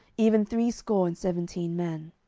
even threescore and seventeen men.